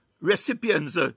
recipients